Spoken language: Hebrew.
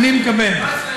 אני מקבל.